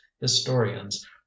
historians